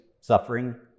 suffering